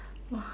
!wah!